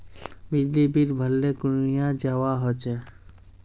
बिजली बिल भरले कुनियाँ जवा होचे?